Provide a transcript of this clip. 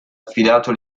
affidato